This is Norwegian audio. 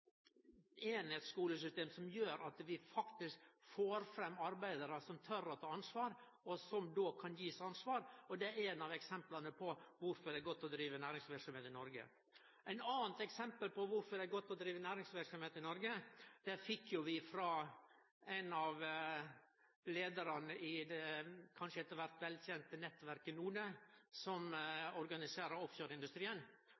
som gjer at vi får fram arbeidarar som tør å ta ansvar, og som då kan givast ansvar. Det er eitt av eksempla på kvifor det er godt å drive næringsverksemd i Noreg. Eit anna eksempel fekk vi frå ein av leiarane i det kanskje etter kvart velkjente nettverket NODE, som organiserer offshoreindustrien. Dei sa at ein av grunnane til at vi ligg langt framme teknologisk i